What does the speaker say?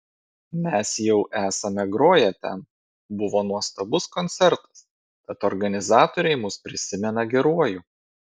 mes jau esame groję ten buvo nuostabus koncertas tad organizatoriai mus prisimena geruoju